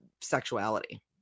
sexuality